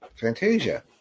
Fantasia